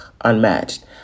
unmatched